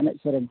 ᱮᱱᱮᱡ ᱥᱮᱨᱮᱧ